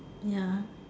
ya